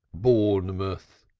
bournemouth,